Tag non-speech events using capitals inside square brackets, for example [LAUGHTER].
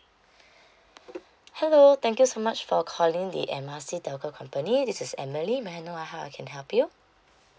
[BREATH] hello thank you so much for calling the M R C telco company this is emily may I know how I can help you